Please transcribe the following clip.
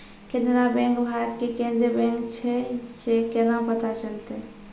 Canara bank Bharat के केन्द्रीय bank छै से केना पता चलतै?